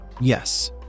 yes